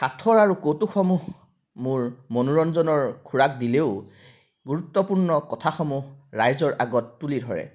সাঁথৰ আৰু কৌতুকসমূহ মোৰ মনোৰঞ্জনৰ খোৰাক দিলেও গুৰুত্বপূৰ্ণ কথাসমূহ ৰাইজৰ আগত তুলি ধৰে